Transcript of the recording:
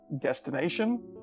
Destination